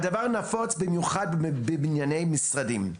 הדבר נפוץ במיוחד בבנייני משרדים.